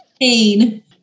pain